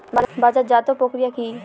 বাজারজাতও প্রক্রিয়া কি?